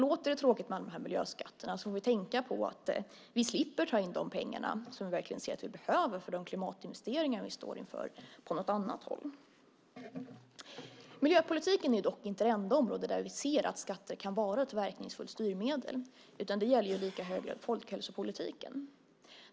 Låter det tråkigt med alla dessa miljöskatter får vi tänka på att vi slipper ta in de pengar som vi verkligen ser att vi behöver för de klimatinvesteringar vi står inför på något annat håll. Miljöpolitiken är dock inte det enda området där vi ser att skatter kan vara ett verkningsfullt styrmedel, utan det gäller i lika hög grad folkhälsopolitiken.